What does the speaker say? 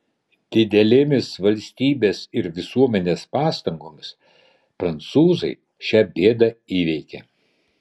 didelėmis valstybės ir visuomenės pastangomis prancūzai šią bėdą įveikė